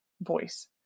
voice